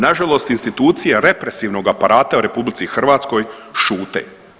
Nažalost institucije represivnog aparata u RH šute.